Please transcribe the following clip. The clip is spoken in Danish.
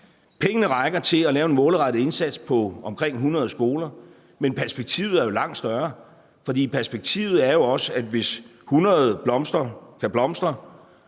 Pengene rækker til at lave en målrettet indsats på omkring 100 skoler, men perspektivet er jo langt større. For perspektivet er jo også, at hvis 100 kan blomstre,